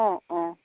অঁ অঁ